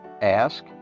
Ask